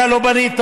אתה לא בנית.